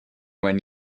when